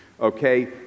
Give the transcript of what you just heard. Okay